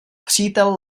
přítel